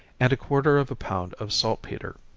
and a quarter of a pound of salt-petre.